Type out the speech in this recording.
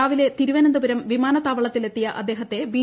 രാവിലെ തിരുവന്തപുരം വിമാനത്താവളത്തിൽ എത്തിയ അദ്ദേഹത്തെ ബി